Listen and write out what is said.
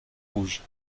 rouge